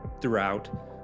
throughout